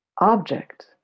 object